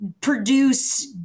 produce